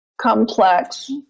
complex